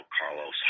Carlos